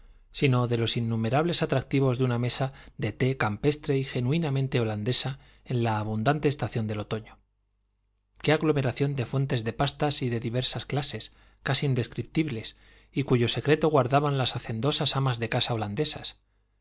sino de los innumerables atractivos de una mesa de te campestre y genuinamente holandesa en la abundante estación del otoño qué aglomeración de fuentes de pastas de diversas clases casi indescriptibles y cuyo secreto guardaban las hacendosas amas de casa holandesas veíase